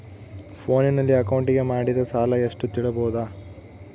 ಫೋನಿನಲ್ಲಿ ಅಕೌಂಟಿಗೆ ಮಾಡಿದ ಸಾಲ ಎಷ್ಟು ತಿಳೇಬೋದ?